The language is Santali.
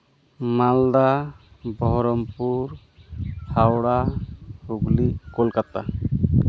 ᱢᱟᱞᱫᱟ ᱵᱚᱦᱚᱨᱚᱢᱯᱩᱨ ᱦᱟᱣᱲᱟ ᱦᱩᱜᱽᱞᱤ ᱠᱳᱞᱠᱟᱛᱟ